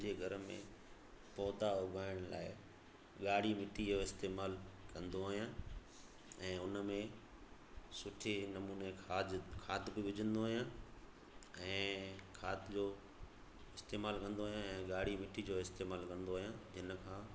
जीअं घर में पौधा उगाइण लाइ ॻाढ़ी मीट्टी जो इस्तेमालु कंदो आहियां ऐं उनमें सुठी नमूने खाद बि विझंदो आहियां ऐं खाद जो इस्तेमालु कंदो आहियां ऐं ॻाढ़ी मीट्टी जो इस्तेमालु कंदो आहियां इनखां